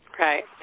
Right